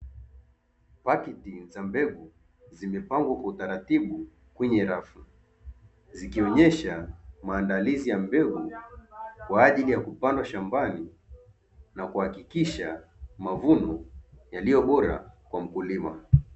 Pakti za mbegu zimepangwa kwa utaratibu kwenye rafu, zikionyesha maandalizi ya mbegu kwa ajili ya kupandwa shambani, na kuhakikisha mavuno yaliyo bora kwa mkulima.